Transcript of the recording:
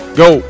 go